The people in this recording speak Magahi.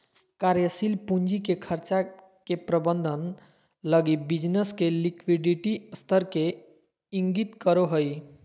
कार्यशील पूंजी के खर्चा के प्रबंधन लगी बिज़नेस के लिक्विडिटी स्तर के इंगित करो हइ